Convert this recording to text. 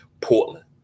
Portland